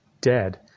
dead